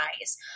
eyes